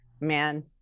man